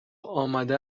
آمده